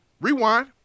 Rewind